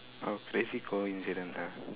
or crazy coincidence ah